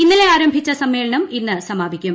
ഇന്നലെ ആരംഭിച്ചു സമ്മേളനം ഇന്ന് സമാപിക്കും